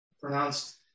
pronounced